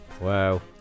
Wow